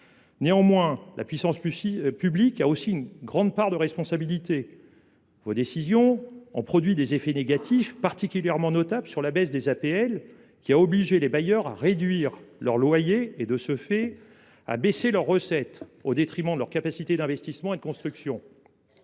Néanmoins, la puissance publique a aussi une grande part de responsabilité : ses décisions ont produit des effets négatifs, notamment avec la baisse des aides personnalisées au logement (APL), obligeant les bailleurs à réduire leurs loyers et, de ce fait, à baisser leurs recettes au détriment de leurs capacités d’investissement et de construction.